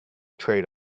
trade